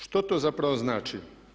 Što to zapravo znači?